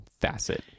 facet